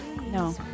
No